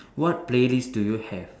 what play lists do you have